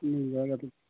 मिल जाएगा तो